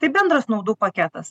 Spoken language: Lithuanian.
tai bendras naudų paketas